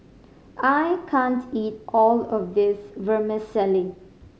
I can't eat all of this Vermicelli